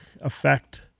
effect